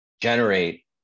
generate